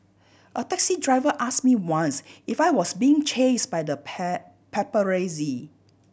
a taxi driver asked me once if I was being chased by the pie paparazzi